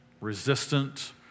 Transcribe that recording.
resistant